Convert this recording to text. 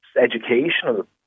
educational